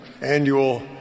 Annual